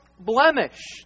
blemish